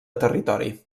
territori